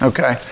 Okay